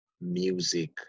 music